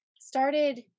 started